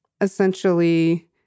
Essentially